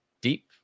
deep